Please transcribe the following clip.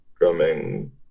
drumming